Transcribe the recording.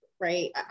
right